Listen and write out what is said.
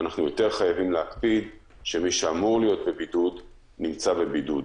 אנחנו חייבים להקפיד שמי שאמור להיות בבידוד נמצא בבידוד,